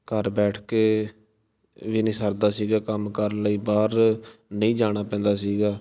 ਘਰ ਬੈਠ ਕੇ ਵੀ ਨਹੀਂ ਸਰਦਾ ਸੀਗਾ ਕੰਮ ਕਰਨ ਲਈ ਬਾਹਰ ਨਹੀਂ ਜਾਣਾ ਪੈਂਦਾ ਸੀਗਾ